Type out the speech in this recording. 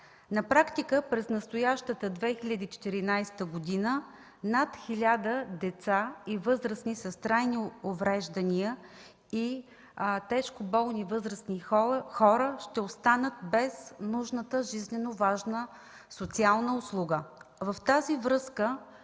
На практика през настоящата 2014 г. над 1000 деца и възрастни с трайни увреждания и тежко болни възрастни хора ще останат без нужната жизненоважна социална услуга. Във връзка